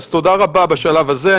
אז תודה רבה בשלב הזה.